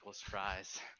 fries